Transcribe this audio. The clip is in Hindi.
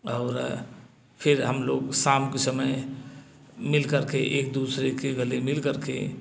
और फिर हम लोग शाम के समय मिल करके एक दूसरे के गले मिल करके